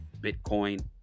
Bitcoin